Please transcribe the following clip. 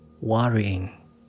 worrying